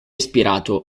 ispirato